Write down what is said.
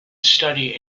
study